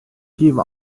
give